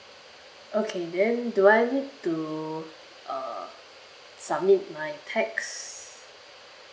okay then do I need to uh submit my tax